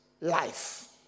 life